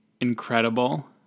incredible